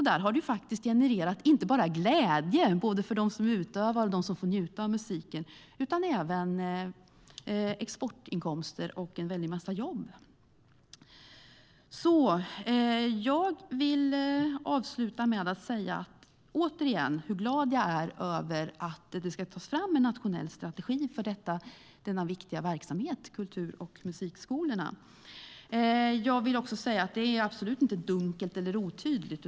Det har inte bara genererat glädje för dem som utövar musiken och dem som får njuta av den, utan även gett exportinkomster och en väldig massa jobb. Jag vill återigen säga hur glad jag är över att det ska tas fram en nationell strategi för denna viktiga verksamhet: kultur och musikskolorna. Jag vill också säga att detta absolut inte är dunkelt eller otydligt.